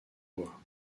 bois